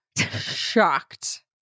shocked